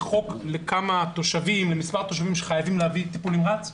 חוק למספר התושבים שלהם צריך להביא ניידת טיפול נמרץ?